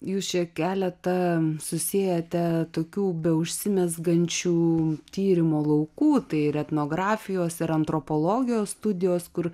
jūs čia keletą susiejate tokių be užsimezgančių tyrimo laukų tai ir etnografijos ir antropologijos studijos kur